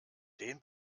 den